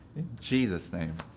jesus' name.